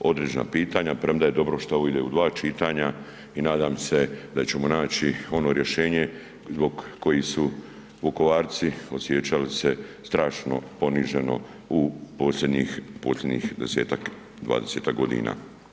određena pitanja premda je dobro što ovo ide u dva čitanja i nadam se da ćemo naći ono rješenje zbog kojih su Vukovarci osjećali se strašno poniženo u posljednjih 10-ak, 20-ak godina.